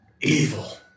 Evil